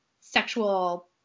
sexual